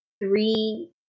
three